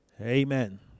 Amen